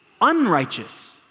unrighteous